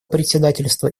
председательства